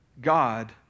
God